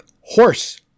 Horse